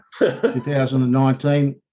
2019